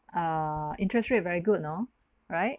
uh interest rate very good you know right